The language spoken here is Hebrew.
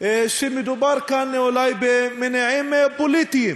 שמדובר כאן אולי במניעים פוליטיים